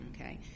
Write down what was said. okay